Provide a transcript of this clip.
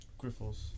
Griffles